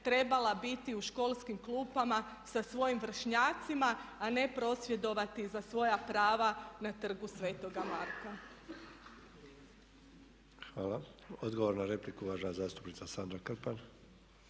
trebala biti u školskim klupama sa svojim vršnjacima, a ne prosvjedovati za svoja prava na trgu sv. Marka. **Sanader, Ante (HDZ)** Hvala. Odgovor na repliku, uvažena zastupnica Sandra Krpan.